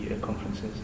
conferences